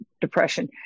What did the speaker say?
depression